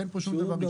אין פה שום דבר אישי.